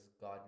God